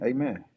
Amen